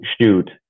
shoot